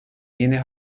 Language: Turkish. yeni